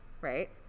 right